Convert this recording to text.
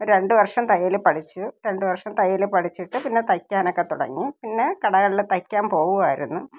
രണ്ടുവര്ഷം തയ്യൽ പഠിച്ചു രണ്ടുവര്ഷം തയ്യൽ പഠിച്ചിട്ട് പിന്നെ തയ്യ്ക്കാനൊക്കെ തുടങ്ങി പിന്നെ കടകളില് തയ്യ്ക്കാന് പോകുവായിരുന്നു